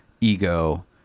ego